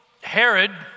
Herod